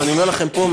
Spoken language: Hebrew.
ואני אומר לכם פה,